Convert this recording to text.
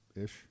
ish